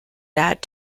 that